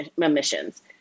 emissions